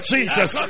Jesus